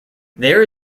there